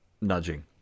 nudging